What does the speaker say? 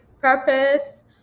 Purpose